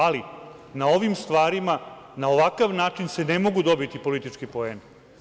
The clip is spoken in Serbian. Ali, na ovim stvarima na ovakav način se ne mogu dobiti politički poeni.